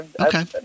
Okay